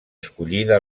escollida